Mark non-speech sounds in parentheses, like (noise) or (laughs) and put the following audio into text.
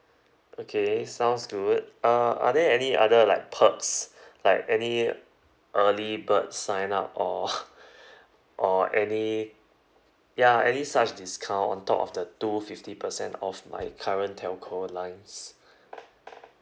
okay sounds good uh are there any other like perks (breath) like any early bird sign up or (laughs) (breath) or any ya any such discount on top of the two fifty percent off my current telco lines (breath)